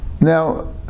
Now